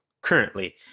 currently